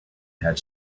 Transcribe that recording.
had